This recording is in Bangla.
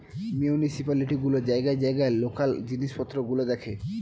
মিউনিসিপালিটি গুলো জায়গায় জায়গায় লোকাল জিনিসপত্র গুলো দেখে